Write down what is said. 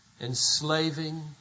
enslaving